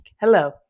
Hello